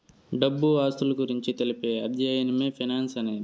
డబ్బు ఆస్తుల గురించి తెలిపే అధ్యయనమే ఫైనాన్స్ అనేది